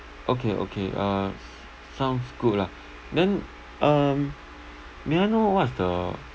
okay okay uh s~ sounds good lah then um may I know what is the